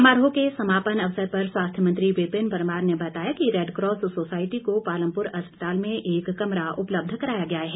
समारोह के समापन अवसर पर विपिन परमार ने बताया कि रैडकॉस सोसायटी को पालमपुर अस्पताल में एक कमरा उपलब्ध कराया गया है